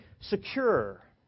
secure